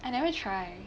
I never try